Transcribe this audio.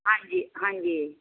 ਹਾਂਜੀ ਹਾਂਜੀ